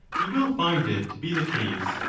you will find it to be the case,